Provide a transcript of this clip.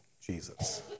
Jesus